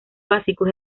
básicos